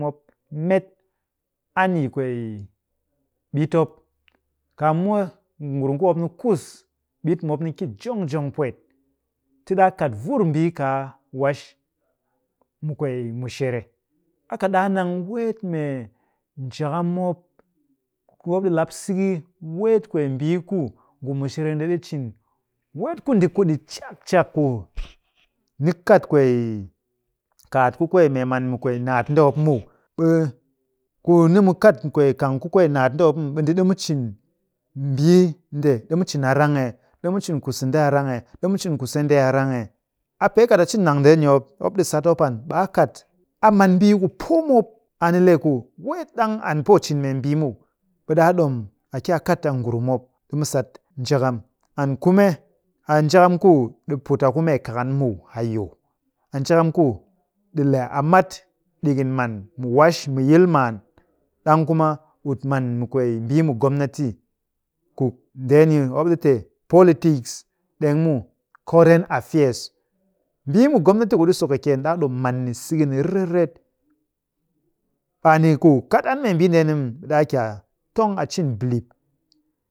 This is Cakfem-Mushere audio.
Mop met an yi kwee ɓit mop. ngurum ku mop ni kus. Ɓit mu mop ni ki jong jong pwet. Ti ɗaa kat vur mbii kaa wash mu kwee mushere. A kɨ ɗaa nang weet mee njakam mop. Mop ɗi laps siki weet kwee mbii ku ngu mushere ndi ɗi cin. Weet ku ndi kuɗi cak cak ku ni kat kwee kaat ku kwee mee man mu naat nde mop muw. Ɓe ku ni mu kat kwee kang ku kwee naat nde mop muw, ɓe ndi ɗimu cin mbii nde, ɗimu cin a rang ee? Ɗi mu cin ku sende a rang ee? Ɗimu cin ku sendee a rang ee? A pee kat a cin nang ndeeni mop, mop ɗi sat mop an. Ɓe a kat a man mbii ku poo mop. A ni le ku weet ɗang an poo cin membii muw, ɓe ɗaa ɗom a ki a kat a ngurum mop ɗimu sat njakam. And kume, a njakam ku ɗi put a ku mee kakan muw hayau. A njakam ku ɗi le a mat ɗikin man mu wash mu yil maan. Ɗang kuma ɓut man mu kwee mbii mu gomnati ku ndeeni, mop ɗi te politics. Ɗeng muw, current affairs. Mbii mu gomnati ku ɗi sokɨkyeen, ɗaa ɗom man ni, siki ni riret riret. A ni ku kat an membii ndeeni muw, ɓe ɗaa ki a tong a cin bilip.